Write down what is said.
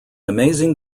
amazing